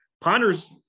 Ponder's